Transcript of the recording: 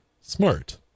smart